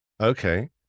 Okay